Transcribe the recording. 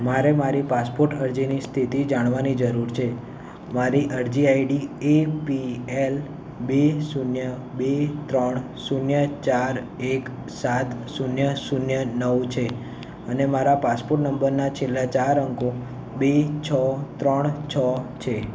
મારે મારી પાસપોટ અરજીની સ્થિતિ જાણવાની જરૂર છે મારી અરજી આઈડી એ પી એલ બે શૂન્ય બે ત્રણ શૂન્ય ચાર એક સાત શૂન્ય શૂન્ય નવ છે અને મારા પાસપોટ નંબરના છેલ્લા ચાર અંકો બે છ ત્રણ છ છે